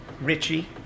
Richie